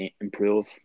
improve